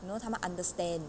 you know 他们 understand